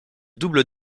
double